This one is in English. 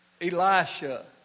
Elisha